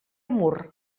mur